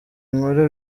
inkuru